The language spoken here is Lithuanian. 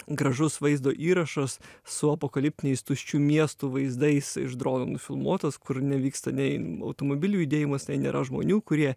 gražus vaizdo įrašas su apokaliptiniais tuščių miestų vaizdais iš drono nufilmuotas kur nevyksta nei automobilių judėjimas ten nėra žmonių kurie